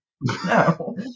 No